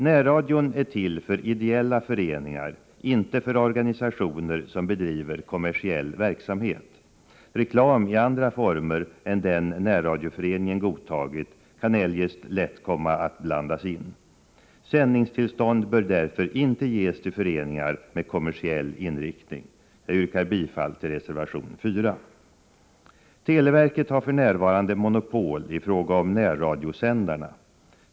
Närradion är till för ideella föreningar, inte för organisationer som bedriver kommersiell verksamhet. Reklam i andra former än den närradioföreningen godtagit kan eljest lätt komma att blandas in. Sändningstillstånd bör därför inte ges till föreningar med kommersiell inriktning. Jag yrkar bifall till reservation 4. Televerket har för närvarande monopol i fråga om närradiosändarna.